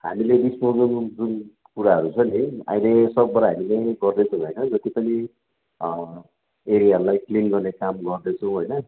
हामीले डिस्पोजल जुन कुराहरू छ नि अहिले सबबाट हामीले गर्दैछौँ होइन जतिपनि एरियाहरूलाई क्लिन गर्ने काम गर्दैछौँ होइन